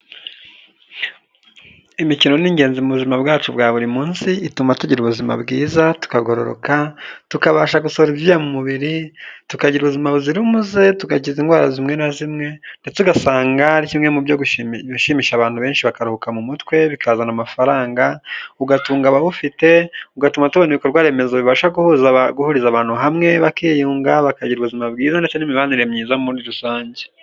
Imikino ni ingenzi mu buzima bwacu bwa buri munsi. Ituma tugira ubuzima bwiza. tukagororoka, tukabasha gusohora ibyuya mu mubiri. Tukagira ubuzima buzira umuze. Tugakira indwara zimwe na zimwe ndetse ugasanga ari kimwe mu bishimisha abantu benshi, bakaruhuka mu mutwe. Bikazana amafaranga, ugatunga abawufite, ugatuma tubona ibikorwa remezo bibasha guhuza, guhuriza abantu hamwe bakiyunga. Bakagira ubuzima bwiza ndetse n'imibanire myiza muri rusange.